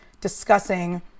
discussing